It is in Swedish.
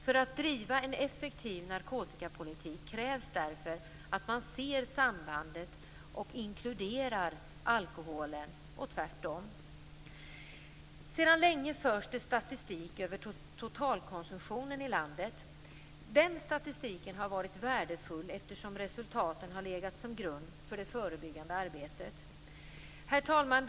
För att driva en effektiv narkotikapolitik krävs därför att man ser sambandet och inkluderar alkoholen, och tvärtom. Sedan länge förs det statistik över totalkonsumtionen i landet. Den statistiken har varit värdefull eftersom resultaten har legat till grund för det förebyggande arbetet. Herr talman!